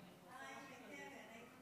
(תיקון מס' 47) (הארכת תקופות הזיכיון לשידורי רדיו אזורי),